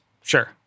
Sure